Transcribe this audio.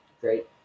great